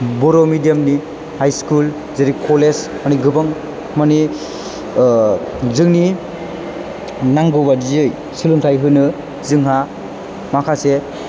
बर' मिदियामनि high school जेरै college मानि गोबां मानि जोंनि नांगौ बायदियै सोलोंथाइ होनो जोंहा माखासे